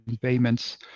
payments